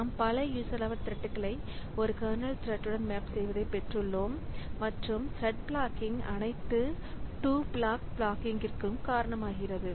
நாம் பல user level த்ரெட்களை ஒரு கர்னல் த்ரெட் மேப் செய்வதை பெற்றுள்ளோம் மற்றும் த்ரெட் பிளாக்கிங் அனைத்து 2 பிளாக் பிளாக்கிங்ற்கும் காரணமாகிறது